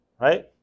Right